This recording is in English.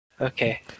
Okay